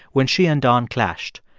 when she and don clashed.